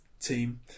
team